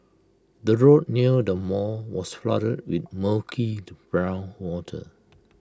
the road near the mall was flooded with murky brown water